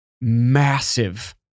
massive